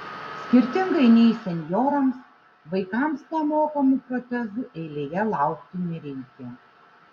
skirtingai nei senjorams vaikams nemokamų protezų eilėje laukti nereikia